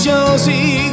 Josie